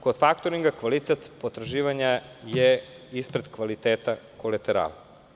Kod faktoringa kvalitet potraživanja je ispred kvaliteta kolaterala.